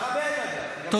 -- -מכבד, אגב.